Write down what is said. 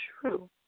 true